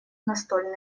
настольное